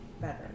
better